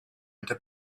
into